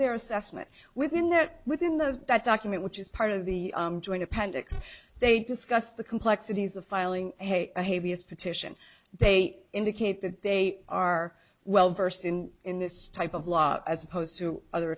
their assessment within that within those that document which is part of the joint appendix they discuss the complexities of filing a petition they indicate that they are well versed in in this type of law as opposed to other